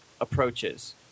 approaches